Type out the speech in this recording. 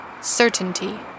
certainty